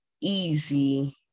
easy